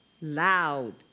loud